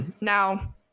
Now